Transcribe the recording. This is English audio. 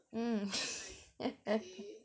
mm